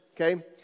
Okay